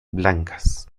blancas